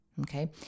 Okay